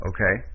Okay